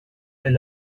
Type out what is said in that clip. est